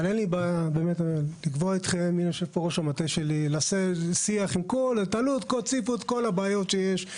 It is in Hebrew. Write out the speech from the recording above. אין לי בעיה לקבוע איתכם; נעשה שיח שבו תציפו את כל הבעיות שיש,